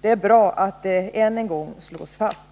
Det är bra att det än en gång slås fast.